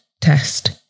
test